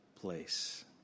place